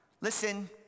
Listen